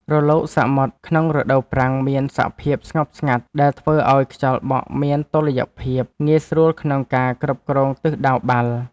រលកសមុទ្រក្នុងរដូវប្រាំងមានសភាពស្ងប់ស្ងាត់ ដែលធ្វើឱ្យខ្យល់បក់មានតុល្យភាព ងាយស្រួលក្នុងការគ្រប់គ្រងទិសដៅបាល់។